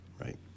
right